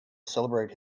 celebrate